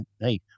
hey